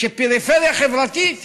שפריפריה חברתית